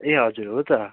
ए हजुर हो त